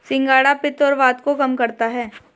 सिंघाड़ा पित्त और वात को कम करता है